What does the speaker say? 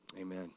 Amen